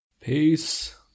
Peace